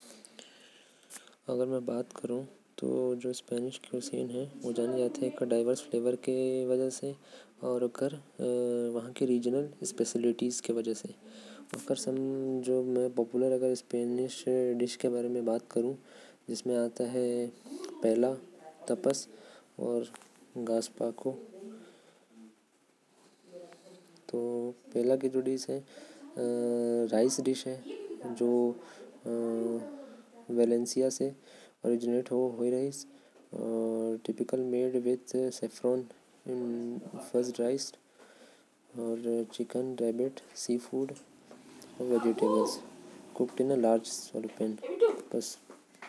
स्पेनिश मन जानल जाथे अपन डाइवर्स फ्लेवर बर अउ। अपन कुछ कुछ खासियत बर। स्पेन म लोग मन के पैला तपस अउ। गुइसो प्रमुख खाना हवे। एहि सब वहा के लोग मन ज्यादा खाथे।